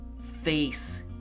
Face